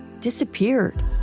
disappeared